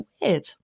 weird